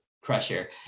Crusher